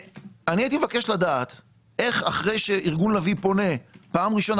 אבקש לדעת איך אחרי שארגון לביא פונה פעם ראשונה